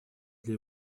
для